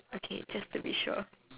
okay just to be sure